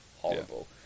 Horrible